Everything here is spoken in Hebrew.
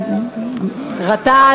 וגננות,